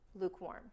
lukewarm